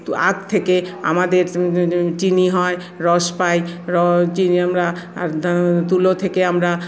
আখ থেকে আমাদের চিনি হয় রস পাই র চিনি আমরা আর তুলো থেকে আমরা